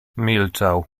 milczał